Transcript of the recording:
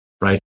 right